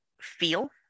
feel